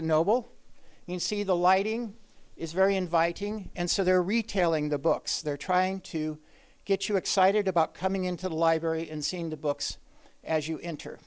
and noble and see the lighting is very inviting and so they're retailing the books they're trying to get you excited about coming into the library and seen the books as you enter